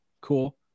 cool